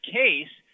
case